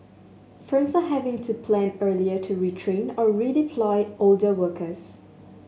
firms are having to plan earlier to retrain or redeploy older workers